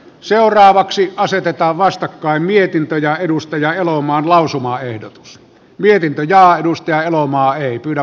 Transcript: seuraavaksi asetetaan vastakkain mietintö ja edustaja elomaan lausumaehdotus mietintö ja edusti helomaa ei kyllä